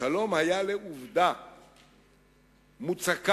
השלום היה לעובדה מוצקה